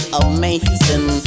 amazing